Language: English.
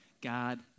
God